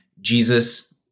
jesus